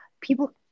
People